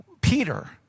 Peter